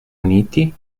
uniti